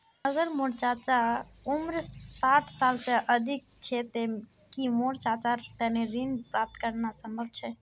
अगर मोर चाचा उम्र साठ साल से अधिक छे ते कि मोर चाचार तने ऋण प्राप्त करना संभव छे?